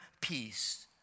peace